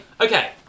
okay